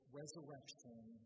resurrection